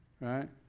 Right